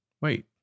Wait